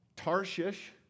Tarshish